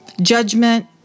Judgment